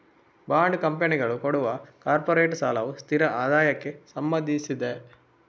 bond ಕಂಪನಿಗಳು ಕೊಡುವ corporate ಸಾಲವು ಸ್ಥಿರ ಆದಾಯಕ್ಕೆ ಸಂಬಂಧಿಸಿದೆ